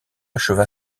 acheva